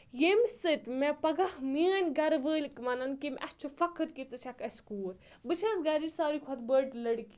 ییٚمہِ سۭتۍ مےٚ پَگہہ میٲنۍ گَرٕ وٲلۍ وَنَن کہِ اَسہِ چھُ فخٕر کہِ ژٕ چھَکھ اَسہِ کوٗر بہٕ چھَس گَرٕچ ساروی کھۄتہٕ بٔڑ لٔڑکی